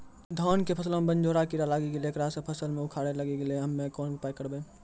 धान के फसलो मे बनझोरा कीड़ा लागी गैलै ऐकरा से फसल मे उखरा लागी गैलै हम्मे कोन उपाय करबै?